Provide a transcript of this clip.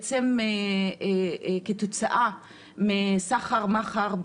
שעובדים פלסטינים משלמים כל חודש כתוצאה מסחר מכר,